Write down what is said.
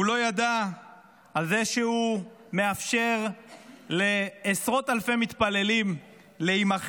הוא לא ידע על זה שהוא מאפשר לעשרות אלפי מתפללים להימחץ.